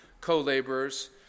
co-laborers